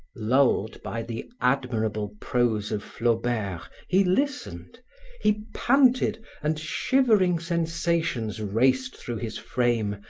lulled by the admirable prose of flaubert, he listened he panted and shivering sensations raced through his frame,